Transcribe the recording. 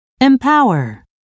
empower